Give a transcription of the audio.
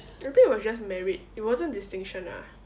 I think it was just merit it wasn't distinction ah